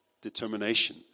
determination